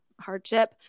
hardship